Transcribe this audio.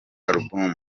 album